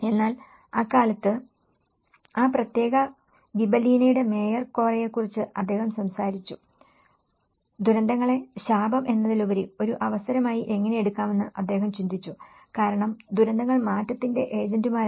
എന്നാൽ അക്കാലത്ത് ആ പ്രത്യേക ഗിബെല്ലീനയുടെ മേയർ കോറയെക്കുറിച്ച് അദ്ദേഹം സംസാരിച്ചു ദുരന്തങ്ങളെ ശാപം എന്നതിലുപരി ഒരു അവസരമായി എങ്ങനെ എടുക്കാമെന്ന് അദ്ദേഹം ചിന്തിച്ചു കാരണം ദുരന്തങ്ങൾ മാറ്റത്തിന്റെ ഏജന്റുമാരാണ്